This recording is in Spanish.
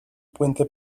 puente